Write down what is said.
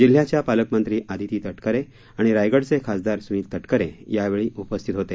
जिल्ह्याच्या पालकमंत्री आदिती तटकरे आणि रायगडचे खासदार सुनील तटकरे यावेळी उपस्थित होते